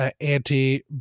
anti